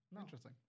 Interesting